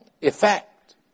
effect